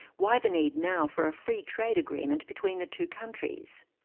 why the need now for a free trade agreement between the two countries?